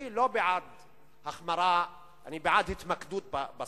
אני לא בעד החמרה, אני